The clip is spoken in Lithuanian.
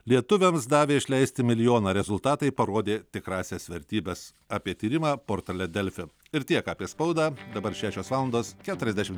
lietuviams davė išleisti milijoną rezultatai parodė tikrąsias vertybes apie tyrimą portale delfi ir tiek apie spaudą dabar šešios valandos keturiasdešim